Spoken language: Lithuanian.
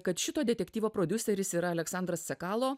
kad šito detektyvo prodiuseris yra aleksandras cekalo